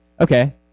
Okay